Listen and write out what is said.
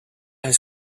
has